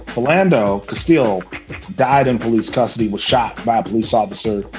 orlando still died in police custody, was shot by a police officer.